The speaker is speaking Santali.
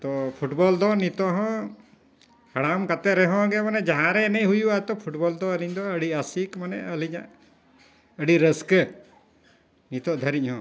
ᱛᱚ ᱯᱷᱩᱴᱵᱚᱞ ᱫᱚ ᱱᱤᱛᱳᱜ ᱦᱚᱸ ᱦᱟᱲᱟᱢ ᱠᱟᱛᱮᱫ ᱨᱮᱦᱚᱸ ᱜᱮ ᱢᱟᱱᱮ ᱡᱟᱦᱟᱸ ᱨᱮ ᱮᱱᱮᱡ ᱦᱩᱭᱩᱜᱼᱟ ᱛᱚ ᱯᱷᱩᱴᱵᱚᱞ ᱫᱚ ᱟᱹᱞᱤᱧ ᱫᱚ ᱟᱹᱰᱤ ᱟᱥᱤᱠ ᱢᱟᱱᱮ ᱟᱹᱞᱤᱧᱟᱜ ᱟᱹᱰᱤ ᱨᱟᱹᱥᱠᱟᱹ ᱱᱤᱛᱳᱜ ᱫᱷᱟᱹᱨᱤᱡ ᱦᱚᱸ